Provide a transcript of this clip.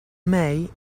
may